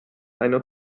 einer